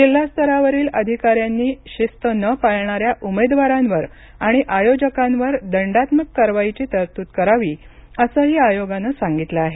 जिल्हा स्तरावरील अधिकाऱ्यांनी शिस्त न पाळणाऱ्या उमेदवारांवर आणि आयोजकांवर दंडात्मक कारवाईची तरतूद करावी असंही आयोगानं सांगितलं आहे